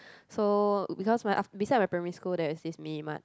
so because my after beside my primary school there is this mini mart